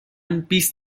بیست